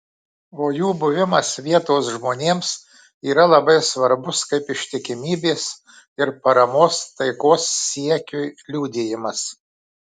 o jų buvimas vietos žmonėms yra labai svarbus kaip ištikimybės ir paramos taikos siekiui liudijimas